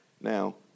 Now